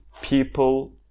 people